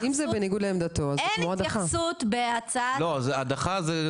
אין התייחסות בהצעת החוק.